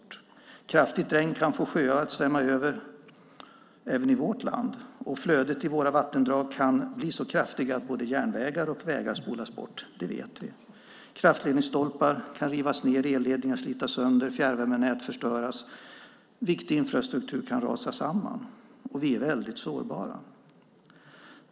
Vi vet att kraftigt regn kan få sjöar att svämma över även i vårt land, och flödet i våra vattendrag kan bli så kraftiga att både järnvägar och vägar spolas bort. Kraftledningsstolpar kan rivas ned, elledningar slitas sönder och fjärrvärmenät förstöras. Viktig infrastruktur kan rasa samman, och vi är väldigt sårbara.